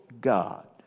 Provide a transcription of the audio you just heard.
God